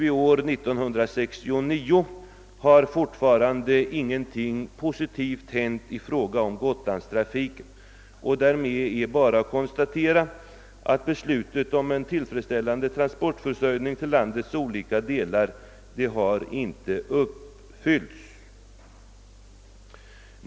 I år, 1969, har ännu ingenting positivt hänt i fråga om Gotlandstrafiken. Därmed är bara att konstatera att beslutet om en tillfredsställande transportförsörjning till landets olika delar inte har verkställts.